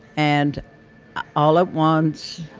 and all at once,